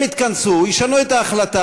הם יתכנסו, ישנו את ההחלטה.